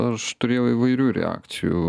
aš turėjau įvairių reakcijų